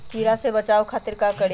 कीरा से बचाओ खातिर का करी?